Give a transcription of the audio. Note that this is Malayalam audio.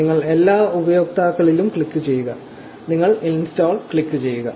നിങ്ങൾ എല്ലാ ഉപയോക്താക്കളിലും ക്ലിക്കുചെയ്യുക നിങ്ങൾ ഇൻസ്റ്റാൾ ക്ലിക്കുചെയ്യുക